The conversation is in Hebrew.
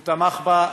הוא תמך בה,